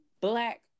black